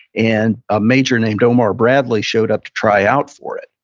and a major named omar bradley showed up to try out for it.